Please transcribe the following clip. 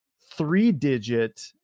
three-digit